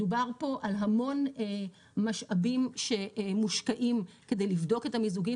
מדובר פה על המון משאבים שמושקעים כדי לבדוק את המיזוגים